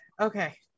Okay